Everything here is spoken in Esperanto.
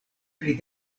pri